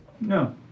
No